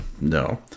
No